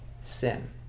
sin